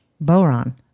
Boron